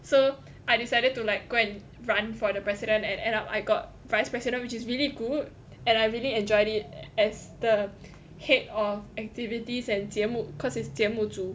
so I decided to like go and run for the president and end up I got vice president which is really good and I really enjoyed it as the head of activities and 节目 cause it's 节目组